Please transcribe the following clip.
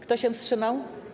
Kto się wstrzymał?